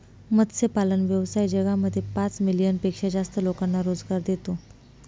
मत्स्यपालन व्यवसाय जगामध्ये पाच मिलियन पेक्षा जास्त लोकांना रोजगार देतो